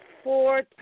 Four